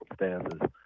circumstances